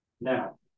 now